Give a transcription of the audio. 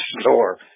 store